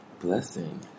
blessing